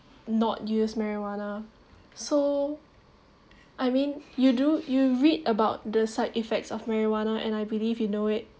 not use marijuana so I mean you do you read about the side effects of marijuana and I believe you know it